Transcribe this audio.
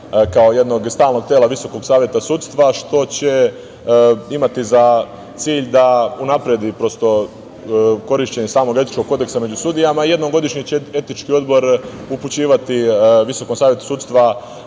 kao jednog stalnog tela Visokog saveta sudstva, što će imati za cilj da unapredi korišćenje samog etičkog kodeksa među sudijama i jednom godišnje će etički odbor upućivati Visokom savetu sudstva